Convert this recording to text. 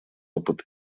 опыт